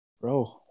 Bro